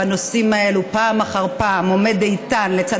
בנושאים האלה פעם אחר פעם עומד איתן לצד